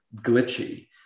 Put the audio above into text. glitchy